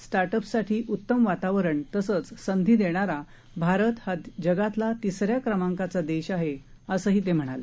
start अप्ससाठी उत्तम वातावरण तसंच संधी देणारा भारत हा जगातला तिसऱ्या क्रमांकाचा देश आहे असंही ते म्हणाले